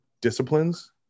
disciplines